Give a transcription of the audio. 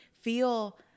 feel